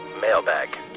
Mailbag